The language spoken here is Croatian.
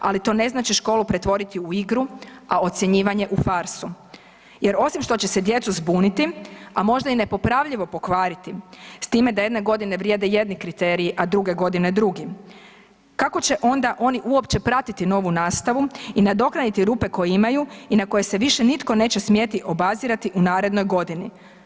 Ali to ne znači školu pretvoriti u igru, a ocjenjivanje u farsu jer osim što će se djecu zbuniti, a možda i nepopravljivo pokvariti, s time da jedne godine vrijede jedni kriteriji, a druge godine drugi, kako će oni onda uopće pratiti novu nastavu i nadoknaditi rupe koje imaju i na koje se više nitko neće smjeti obazirati u narednoj godini.